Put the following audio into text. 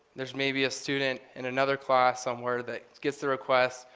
there's maybe a student in another class somewhere that gets the request,